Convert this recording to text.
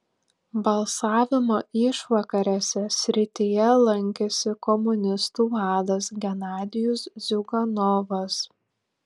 balsavimo išvakarėse srityje lankėsi komunistų vadas genadijus ziuganovas